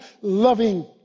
loving